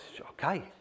Okay